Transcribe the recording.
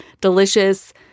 delicious